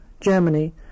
Germany